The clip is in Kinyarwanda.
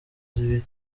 zibiri